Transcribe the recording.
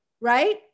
right